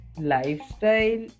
lifestyle